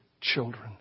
children